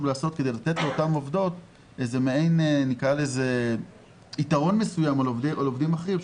לעשות כדי לתת לאותן עובדות מעין יתרון מסוים על עובדים אחרים,